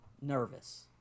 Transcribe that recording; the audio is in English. Nervous